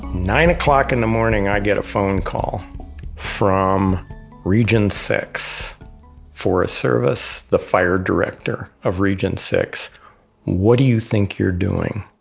nine o'clock in the morning i get a phone call from region six forest service. the fire director of regions six what do you think you're doing?